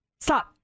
Stop